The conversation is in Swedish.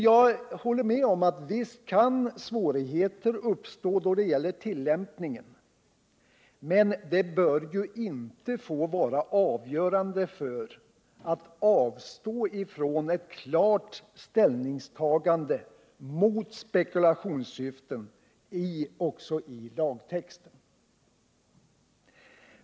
Jag håller med om att visst kan svårigheter uppstå då det gäller tillämpningen, men det bör ju inte få vara ett avgörande skäl för att avstå från ett klart ställningstagande mot spekulationssyften också i lagtexten.